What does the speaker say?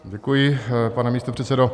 Děkuji, pane místopředsedo.